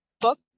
Book